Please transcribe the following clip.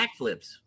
backflips